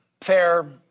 fair